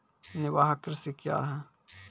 निवाहक कृषि क्या हैं?